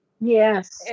Yes